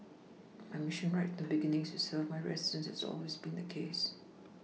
my Mission right from the beginning is to serve my residents that has always been the case